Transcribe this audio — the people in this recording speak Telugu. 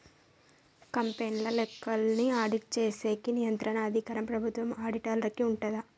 కంపెనీల లెక్కల్ని ఆడిట్ చేసేకి నియంత్రణ అధికారం ప్రభుత్వం ఆడిటర్లకి ఉంటాది